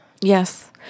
Yes